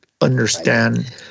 understand